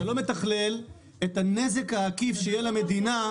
זה בלי לתכלל את הנזק העקיף שיהיה למדינה,